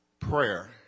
prayer